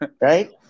Right